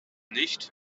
nicht